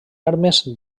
armes